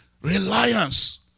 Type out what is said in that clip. reliance